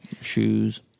Shoes